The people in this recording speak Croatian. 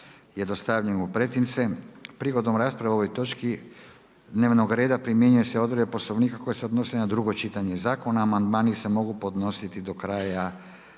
je dostavljen u pretince. Prigodom rasprave o ovoj točci dnevnog reda primjenjuju se odredbe Poslovnika koji se odnosi na drugo čitanje. Zakon i amandmani se mogu podnosit do kraja